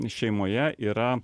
šeimoje yra